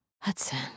Hudson